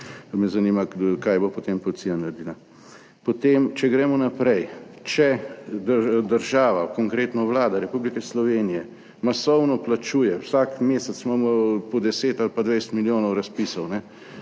pa me zanima, kaj bo potem policija naredila. Potem, če gremo naprej, če država, konkretno Vlada Republike Slovenije masovno plačuje, vsak mesec imamo po 10 ali pa 20 milijonov razpisov,